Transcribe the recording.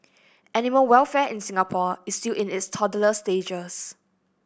animal welfare in Singapore is still in its toddler stages